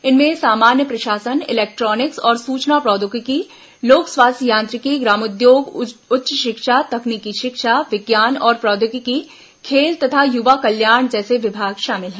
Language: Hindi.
इनमें सामान्य प्रशासन इलेक्ट्रॉनिक्स और सूचना प्रौद्योगिकी लोक स्वास्थ्य यांत्रिकी ग्रामोद्योग उच्च शिक्षा तकनीकी शिक्षा विज्ञान और प्रोद्योगिकी खेल तथा युवा कल्याण जैसे विभाग शामिल हैं